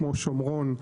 כמו שומרון,